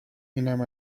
اینم